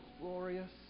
glorious